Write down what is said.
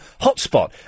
Hotspot